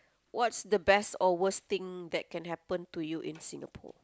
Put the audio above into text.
what's the best or worst thing that can happen to you in Singapore